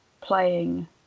playing